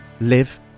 live